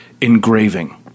Engraving